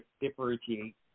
differentiate